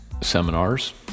seminars